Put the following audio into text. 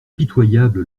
pitoyable